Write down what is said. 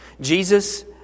Jesus